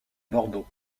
bordeaux